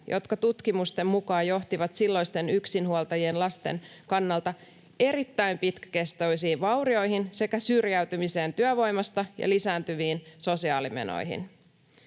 jotka tutkimusten mukaan johtivat silloisten yksinhuoltajien lasten kannalta erittäin pitkäkestoisiin vaurioihin sekä syrjäytymiseen työvoimasta ja lisääntyviin sosiaalimenoihin.